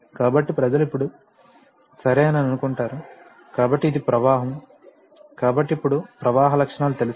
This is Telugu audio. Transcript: కాబట్టి ప్రజలు ఇప్పుడు సరే అని అనుకుంటారు కాబట్టి ఇది ప్రవాహం కాబట్టి ఇప్పుడు ప్రవాహ లక్షణాలు తెలుసు